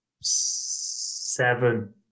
seven